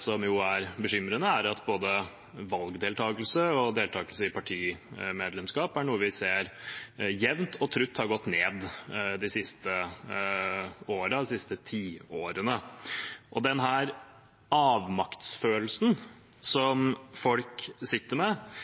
som er særlig bekymrende, er at både valgdeltakelse og partimedlemskap er noe vi ser jevnt og trutt har gått ned de siste tiårene. Den avmaktsfølelsen som folk sitter med,